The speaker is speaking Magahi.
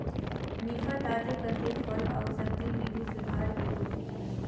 निफा, ताजे कटे फल आऊ सब्जी में भी सुधार के कोशिश करा हइ